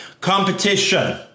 Competition